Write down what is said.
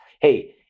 hey